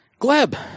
Gleb